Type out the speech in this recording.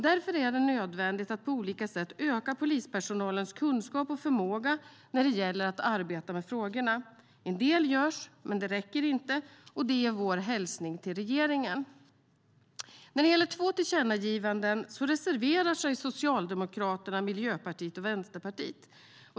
Därför är det nödvändigt att på olika sätt öka polispersonalens kunskap och förmåga att arbeta med frågorna. En del görs, men det räcker inte, och det är vår hälsning till regeringen. När det gäller två tillkännagivanden reserverar sig Socialdemokraterna, Miljöpartiet och Vänsterpartiet.